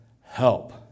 help